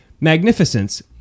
magnificence